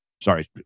sorry